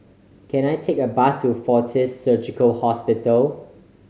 can I take a bus to Fortis Surgical Hospital